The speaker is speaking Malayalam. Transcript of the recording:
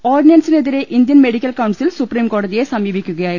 ഓർഡിനൻസിനെതിരെ ഇന്ത്യൻ മെഡി ക്കൽ കൌൺസിൽ സുപ്രീംകോടതിയെ സമീപ്പിക്കുകയായിരുന്നു